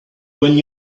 when